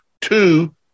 Two